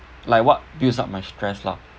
like what builds up my stress lah